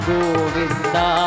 Govinda